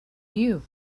you